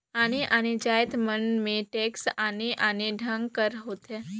आने आने जाएत मन में टेक्स आने आने ढंग कर होथे